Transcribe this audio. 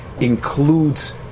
includes